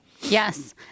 Yes